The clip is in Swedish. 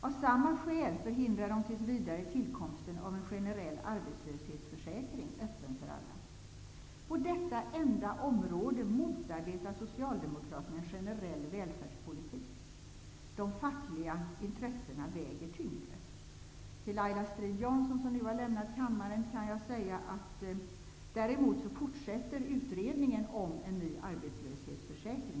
Av samma skäl förhindrar de tills vidare tillkomsten av en generell arbetslöshetsförsäkring, öppen för alla. På detta enda område motarbetar Socialdemokraterna en generell välfärdspolitik. De fackliga intressena väger tyngre. Till Laila Strid-Jansson, som nu har lämnat kammaren, kan jag säga att däremot fortsätter utredningen om en ny arbetslöshetsförsäkring.